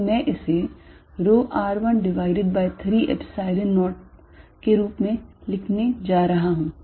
तो मैं इसे rho r1 divided by 3 Epsilon 0 के रूप में लिखने जा रहा हूं